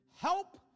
help